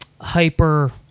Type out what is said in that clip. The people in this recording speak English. Hyper